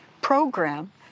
program